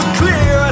clear